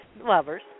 lovers